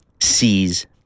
sees